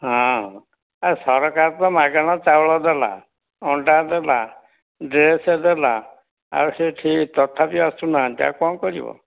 ହଁ ଆ ସରକାର ତ ମାଗଣା ଚାଉଳ ଦେଲା ଅଣ୍ଡା ଦେଲା ଡ୍ରେସ୍ ଦେଲା ଆଉ ସେଠି ତଥାପି ଆସୁନାହାନ୍ତି ଆଉ କ'ଣ କରିବ